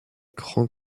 grand